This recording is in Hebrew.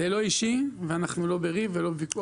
זה לא אישי, אנחנו לא בריב ולא בוויכוח.